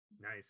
nice